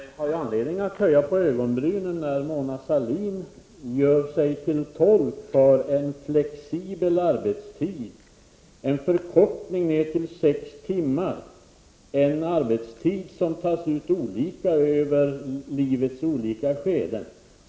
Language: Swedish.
Fru talman! Man har anledning att höja på ögonbrynen när Mona Sahlin gör sig till tolk för en flexibel arbetstid, en förkortning till sex timmar och en arbetstid som skall tas ut olika under livets olika skeden.